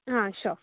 हाँ स्योर